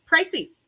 pricey